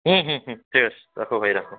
হুম হুম হুম ঠিক আছে রাখো ভাই রাখো